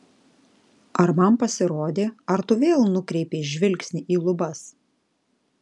ar man pasirodė ar tu vėl nukreipei žvilgsnį į lubas